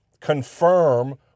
confirm